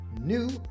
new